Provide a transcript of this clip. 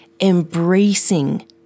embracing